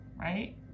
right